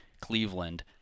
Cleveland